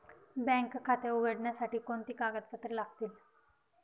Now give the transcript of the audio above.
Bank खाते उघडण्यासाठी कोणती कागदपत्रे लागतील?